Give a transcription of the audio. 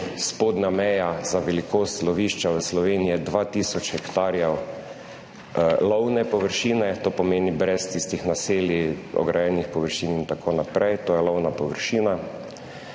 Spodnja meja za velikost lovišča v Sloveniji je 2 tisoč hektarjev lovne površine, to pomeni brez tistih naselij, ograjenih površin, itn. To je lovna površina.